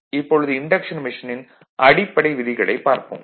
இப்பொழுது இன்டக்ஷன் மெஷினின் அடிப்படை விதிகளைப் பார்ப்போம்